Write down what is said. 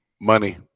Money